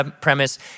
premise